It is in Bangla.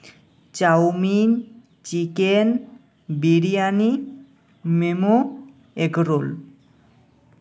chowmein chicken biryani momo egg role